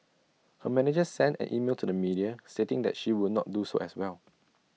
her manager sent an email to the media stating that she would not do so as well